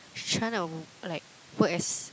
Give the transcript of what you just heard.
she trying to like work as